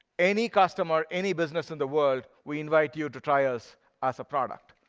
any customer, any business in the world, we invite you to try us as a product.